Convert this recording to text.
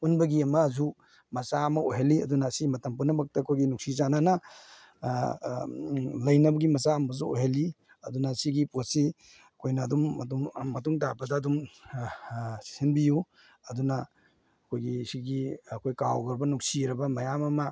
ꯄꯨꯟꯕꯒꯤ ꯑꯃꯁꯨ ꯃꯆꯥꯛ ꯑꯃ ꯑꯣꯏꯍꯜꯂꯤ ꯑꯗꯨꯅ ꯃꯁꯤ ꯃꯇꯝ ꯄꯨꯝꯅꯃꯛꯇ ꯑꯩꯈꯣꯏꯒꯤ ꯅꯨꯡꯁꯤ ꯆꯥꯟꯅꯅ ꯂꯩꯅꯕꯒꯤ ꯃꯆꯥꯛ ꯑꯃꯁꯨ ꯑꯣꯏꯍꯜꯂꯤ ꯑꯗꯨꯅ ꯁꯤꯒꯤ ꯄꯣꯠꯁꯤ ꯑꯩꯈꯣꯏꯅ ꯑꯗꯨꯝ ꯑꯗꯨꯝ ꯃꯇꯨꯡ ꯇꯥꯔꯛꯄꯗ ꯑꯗꯨꯝ ꯁꯤꯟꯕꯤꯎ ꯑꯗꯨꯅ ꯑꯩꯈꯣꯏꯒꯤ ꯁꯤꯒꯤ ꯑꯩꯈꯣꯏ ꯀꯥꯎꯒ꯭ꯔꯕ ꯅꯨꯡꯁꯤꯔꯕ ꯃꯌꯥꯝ ꯑꯃ